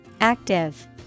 Active